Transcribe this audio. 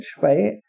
right